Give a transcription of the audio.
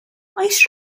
oes